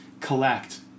collect